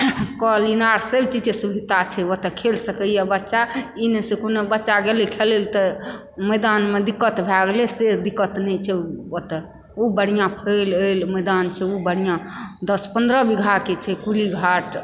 कल इनार सैब चीज छै ओतऽ खेल सकै यऽ बच्चा ई नहि से कोनो बच्चा गेलै खेलै लऽ तऽ मैदान मे दिक्कत भए गेलै से से दिक्कत नहि छै ओतऽ ओ बढ़िऑं फैल ऐल मैदान छै ओ बढ़िऑं दस पन्द्रह बीघा के छै कुली घाट